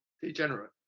Degenerate